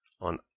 on